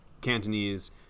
Cantonese